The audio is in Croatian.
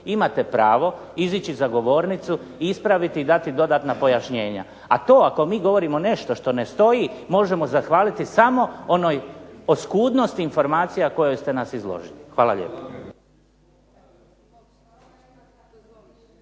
imate pravo izići za govornicu i ispraviti i dati dodatna pojašnjenja. A to ako mi govorimo nešto što ne stoji možemo zahvaliti samo onoj oskudnosti informacija kojoj ste nas izložili. Hvala lijepa.